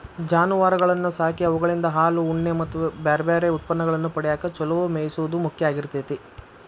ಜಾನುವಾರಗಳನ್ನ ಸಾಕಿ ಅವುಗಳಿಂದ ಹಾಲು, ಉಣ್ಣೆ ಮತ್ತ್ ಬ್ಯಾರ್ಬ್ಯಾರೇ ಉತ್ಪನ್ನಗಳನ್ನ ಪಡ್ಯಾಕ ಚೊಲೋ ಮೇಯಿಸೋದು ಮುಖ್ಯ ಆಗಿರ್ತೇತಿ